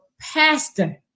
pastor